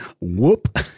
Whoop